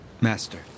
Master